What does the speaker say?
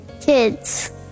Kids